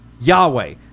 Yahweh